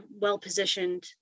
well-positioned